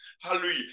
hallelujah